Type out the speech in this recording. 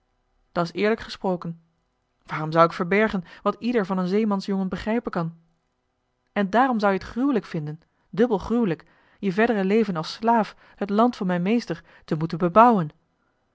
ja dat's eerlijk gesproken waarom zou ik verbergen wat ieder van een zeemansjongen begrijpen kan joh h been paddeltje de scheepsjongen van michiel de ruijter en daarom zou-je het gruwelijk vinden dubbel gruwelijk je verdere leven als slaaf het land van mijn meester te moeten bebouwen